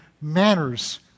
manners